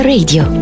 Radio